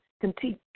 continue